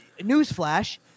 newsflash